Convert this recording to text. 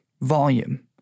volume